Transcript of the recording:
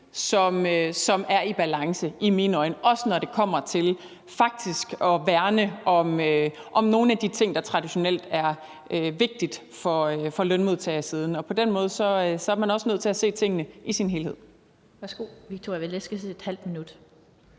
set er i balance, også når det kommer til faktisk at værne om nogle af de ting, der traditionelt er vigtige for lønmodtagersiden. På den måde er man også nødt til at se tingene i sin helhed.